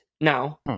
Now